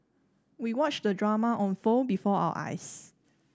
we watched the drama unfold before our eyes